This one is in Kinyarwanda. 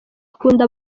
akunda